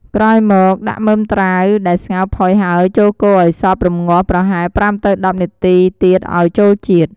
ក្រោយមក ដាក់មើមត្រាវដែលស្ងោរផុយហើយចូលកូរឱ្យសព្វ រម្ងាស់ប្រហែល ៥ ទៅ ១០ នាទីទៀតឱ្យចូលជាតិ។